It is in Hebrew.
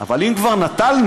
אבל אם כבר נטלנו,